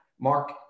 Mark